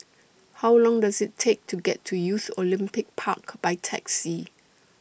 How Long Does IT Take to get to Youth Olympic Park By Taxi